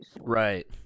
Right